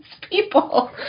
people